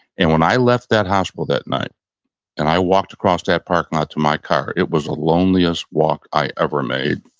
and when i left that hospital that night and i walked across that parking lot to my car, it was the loneliest walk i ever made.